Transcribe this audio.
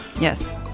yes